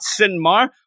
Sinmar